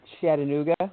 Chattanooga